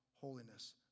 holiness